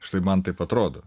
štai man taip atrodo